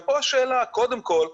ופה השאלה קודם כל,